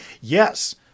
Yes